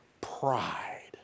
Pride